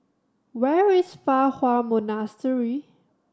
where is Fa Hua Monastery